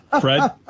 Fred